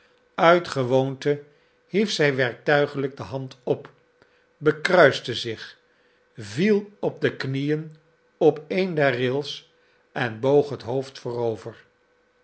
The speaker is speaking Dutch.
uit gewoonte hief zij werktuigelijk de hand op bekruiste zich viel op de knieën op een der rails en boog het hoofd voorover